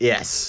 Yes